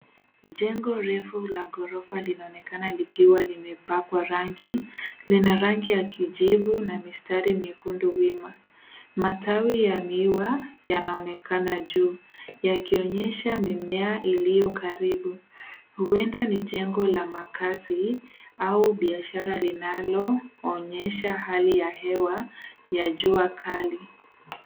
Jengo refu la gorofa linaonekana likiwa limepakwa rangi. Lina rangi ya kijivu na mistari miekundu wima. Matawi ya miwa yanaonekana juu yakionyesha mimea iliyo karibu. Huenda ni jengo la makazi au biashara linaloonyesha hali ya hewa ya jua kali.